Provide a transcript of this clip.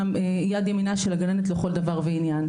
יד ימינה של הגננת לכל דבר ועניין.